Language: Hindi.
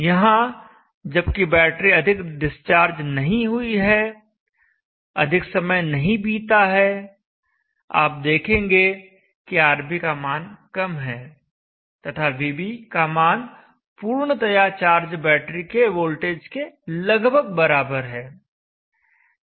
यहां जबकि बैटरी अधिक डिस्चार्ज नहीं हुई है अधिक समय नहीं बीता है आप देखेंगे कि RB का मान कम है तथा VB का मान पूर्णतया चार्ज बैटरी के वोल्टेज के लगभग बराबर है